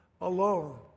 alone